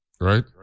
right